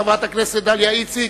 חברת הכנסת דליה איציק,